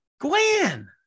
Gwen